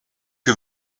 que